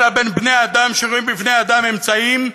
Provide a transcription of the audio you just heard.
אלא בין בני-אדם שרואים בבני-אדם אמצעים,